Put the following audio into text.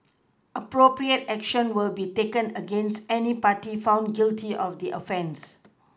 appropriate action will be taken against any party found guilty of offence